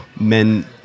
men